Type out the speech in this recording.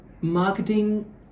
Marketing